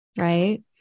right